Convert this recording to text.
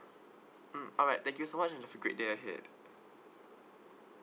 mm alright thank you so much and have a great day ahead